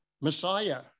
Messiah